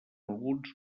alguns